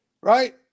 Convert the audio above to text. right